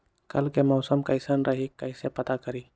कल के मौसम कैसन रही कई से पता करी?